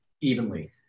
evenly